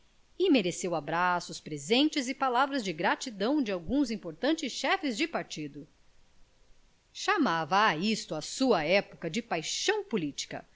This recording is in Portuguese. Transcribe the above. e mereceu abraços presentes e palavras de gratidão de alguns importantes chefes de partido chamava a isso a sua época de paixão política